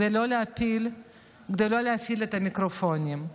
כדי לא להפעיל את המיקרופונים.